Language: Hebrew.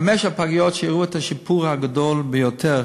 חמש הפגיות שהראו את השיפור הגדול ביותר